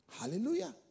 Hallelujah